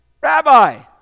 Rabbi